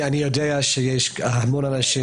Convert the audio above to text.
אני יודע שיש המון אנשים,